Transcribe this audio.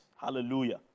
Hallelujah